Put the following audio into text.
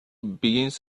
begins